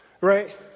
right